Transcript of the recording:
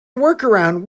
workaround